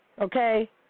okay